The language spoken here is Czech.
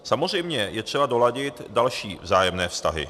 Samozřejmě je třeba doladit další vzájemné vztahy.